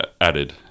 added